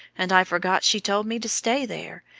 and i forgot she told me to stay there,